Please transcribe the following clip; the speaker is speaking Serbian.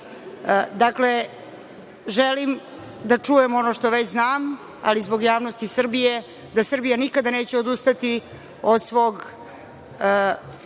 Vlade? Dakle, želim da čujem ono što već znam, ali zbog javnosti Srbije, da Srbija nikad neće odustati od odbrane